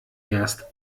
erst